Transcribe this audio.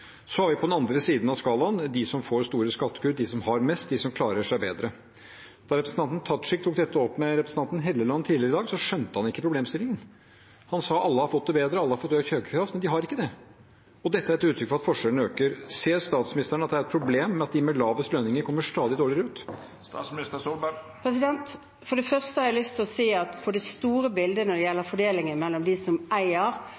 Så har vi på den andre siden av skalaen dem som får store skattekutt, dem som har mest, dem som klarer seg bedre. Da representanten Tajik tok dette opp med representanten Helleland tidligere i dag, skjønte han ikke problemstillingen. Han sa at alle har fått det bedre, alle har fått økt kjøpekraft. De har ikke det. Dette er et uttrykk for at forskjellene øker. Ser statsministeren at det er et problem at de med lavest lønninger kommer stadig dårligere ut? For det første har jeg lyst til å si at i det store bildet når det gjelder fordelingen mellom dem som eier